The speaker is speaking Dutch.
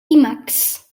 imax